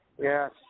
Yes